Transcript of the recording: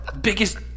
Biggest